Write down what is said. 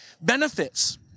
benefits